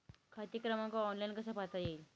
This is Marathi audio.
खाते क्रमांक ऑनलाइन कसा पाहता येईल?